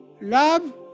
Love